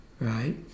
right